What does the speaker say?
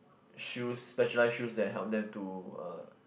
shoes specialized shoes that help them to uh